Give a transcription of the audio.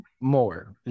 more